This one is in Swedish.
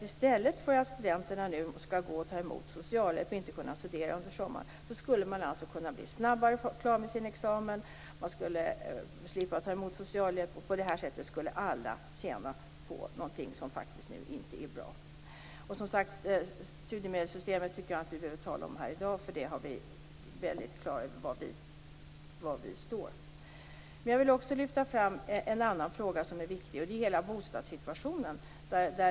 I stället för att studenterna som nu skall behöva gå och ta emot socialhjälp och inte kunna studera under sommaren skulle de kunna bli snabbare klara med sin examen och slippa ta emot socialhjälp. På det sättet skulle alla tjäna på något som inte är bra i dag. Jag tycker som sagt inte att vi behöver tala om studiemedelssystemet här i dag. Vi är på det klara med var vi står. Jag vill också lyfta fram en annan viktig fråga, nämligen hela bostadssituationen.